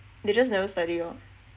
they just never study lor